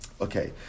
Okay